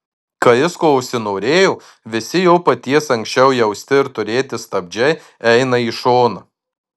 kai jis ko užsinorėjo visi jo paties anksčiau jausti ir turėti stabdžiai eina į šoną